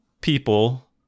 people